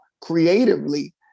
creatively